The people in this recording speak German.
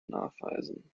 nachweisen